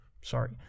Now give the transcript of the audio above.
sorry